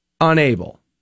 unable